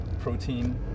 protein